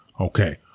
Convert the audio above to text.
Okay